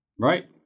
Right